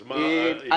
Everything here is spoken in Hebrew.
אז מה , התחלת להסביר.